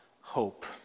hope